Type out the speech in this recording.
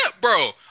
bro